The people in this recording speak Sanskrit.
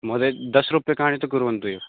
महोदय दशरूप्यकाणि तु कुर्वन्तु एव